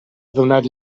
donat